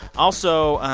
also,